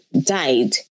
died